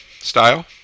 style